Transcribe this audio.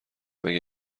مگه